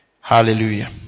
Hallelujah